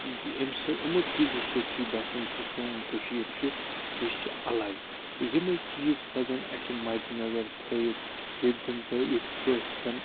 أسۍ سۭتۍ یِمَو چیٖزَو سۭتۍ چھِ یہِ باسان یُس یہِ سون کٔشِیٖر چھِ یہِ چھِ الگ تہٕ یِمٕے چیٖز پَزَن اَسہِ مَدِ نظر تھٲیِتھ ییٚتہِ زَنہٕ بہٕ یِتھ پٲٹھۍ زَنہٕ